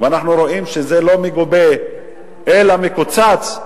ואנחנו רואים שזה לא מגובה אלא מקוצץ,